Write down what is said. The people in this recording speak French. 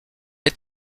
est